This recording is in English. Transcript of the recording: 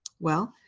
well,